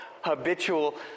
habitual